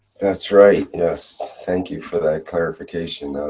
that's right, yes. thank you for that clarification.